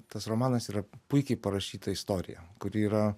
tas romanas yra puikiai parašyta istorija kuri yra